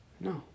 No